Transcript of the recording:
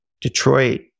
Detroit